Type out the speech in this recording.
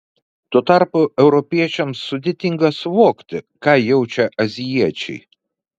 tuo tarpu europiečiams sudėtinga suvokti ką jaučia azijiečiai